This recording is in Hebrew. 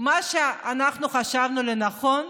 מה שאנחנו חשבנו לנכון,